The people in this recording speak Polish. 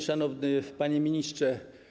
Szanowny Panie Ministrze!